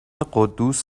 قدوس